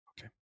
okay